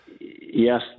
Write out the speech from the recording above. Yes